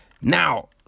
now